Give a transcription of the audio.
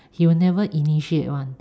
he will never initiate [one]